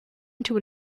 into